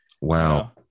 Wow